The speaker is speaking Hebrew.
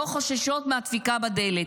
לא חוששות מהדפיקה בדלת?